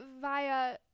via